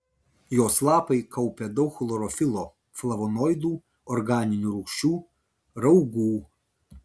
jos lapai kaupia daug chlorofilo flavonoidų organinių rūgščių raugų